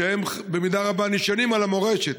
שהם במידה רבה נשענים על המורשת.